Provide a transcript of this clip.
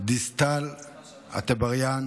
דיסטל אטבריאן